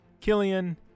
Killian